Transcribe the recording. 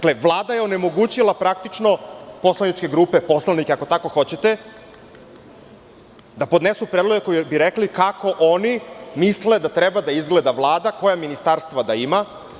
Vlada je onemogućila praktično poslaničke grupe, poslanike, ako tako hoćete, da podnesu predloge koji bi rekli kako oni misle da treba da izgleda Vlada, koja ministarstva da ima.